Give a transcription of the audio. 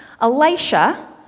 Elisha